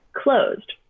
closed